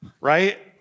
right